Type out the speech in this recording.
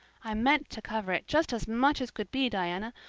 i meant to cover it just as much as could be, diana,